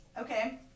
okay